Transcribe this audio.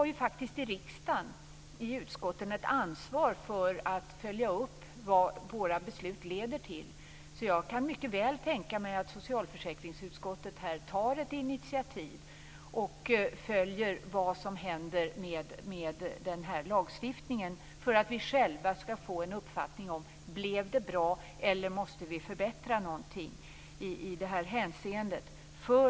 Vi har faktiskt i riksdagen och i utskotten ett ansvar för att följa upp vad våra beslut leder till, så jag kan mycket väl tänka mig att socialförsäkringsutskottet tar ett initiativ och följer vad som händer med denna lagstiftning för att vi själva skall få en uppfattning om ifall det blev bra eller om vi måste förbättra någonting i det här hänseendet.